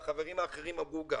והחברים האחרים גם אמרו,